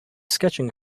sketching